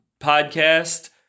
podcast